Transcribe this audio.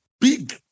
big